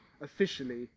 officially